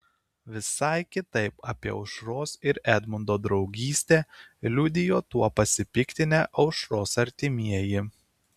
visai kitaip apie aušros ir edmundo draugystę liudijo tuo pasipiktinę aušros artimieji